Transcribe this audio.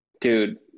Dude